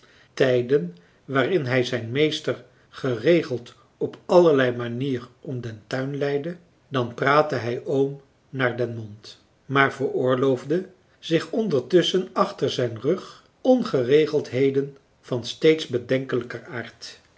tijden waarin hij zijn meester geregeld op allerlei manier om den tuin leidde dan praatte hij oom naar den mond maar veroorloofde zich ondertusschcn achter zijn rug ongeregeldheden van steeds bedenkelijker aard